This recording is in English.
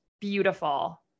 beautiful